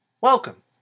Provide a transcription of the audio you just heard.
Welcome